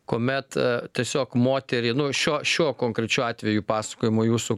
kuomet tiesiog moterį nu šio šiuo konkrečiu atveju pasakojimo jūsų